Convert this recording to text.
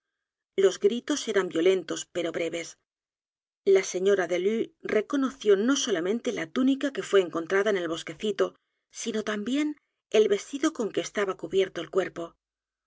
los gritos eran violentos pero breves la señora delue reconoció no solamente la túnica que fué encontrada en el bosquecito sino también el vestido con que estaba cubierto el cuerpo